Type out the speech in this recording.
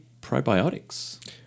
probiotics